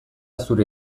zure